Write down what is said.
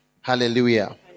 Hallelujah